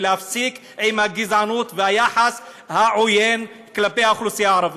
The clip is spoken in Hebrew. ולהפסיק עם הגזענות והיחס העוין כלפי האוכלוסייה הערבית.